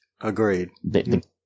Agreed